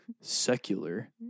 secular